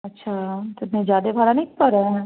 अच्छा तो इतना ज्यादा भाड़ा नहीं कह रहें हैं